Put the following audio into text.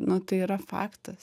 nu tai yra faktas